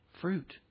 fruit